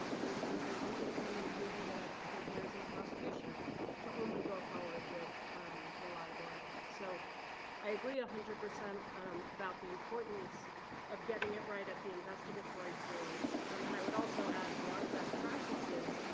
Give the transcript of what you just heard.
and you know there is an independent duty that inheres in the prosecution to only go forward with reliable evidence. so i agree one ah hundred percent about the importance of getting it right at the investigatory stage. um and i would also add, beyond best practices,